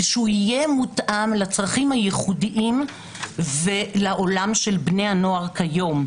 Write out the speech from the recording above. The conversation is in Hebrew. שהוא יהיה מותאם לצרכים הייחודיים ולעולם של בני הנוער כיום.